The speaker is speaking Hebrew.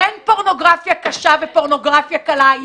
אין פורנוגרפיה קשה ופורנוגרפיה קלה.